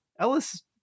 ellis